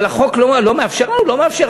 אבל החוק לא מאפשר לנו, הוא לא מאפשר.